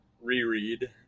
reread